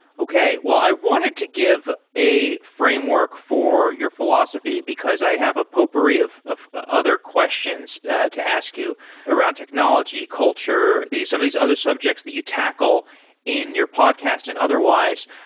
okay. well, i wanted to give a framework for your philosophy, because i have a potpourri of of other questions to ask you around technology, culture, some of these other subjects that you tackle in your podcast and otherwise.